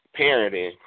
parenting